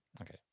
Okay